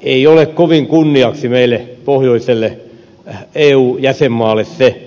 ei ole kovin kunniaksi meille pohjoiselle eu jäsenmaalle se